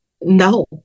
no